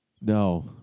No